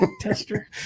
Tester